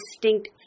distinct